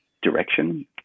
Direction